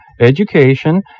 education